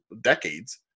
decades